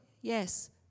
Yes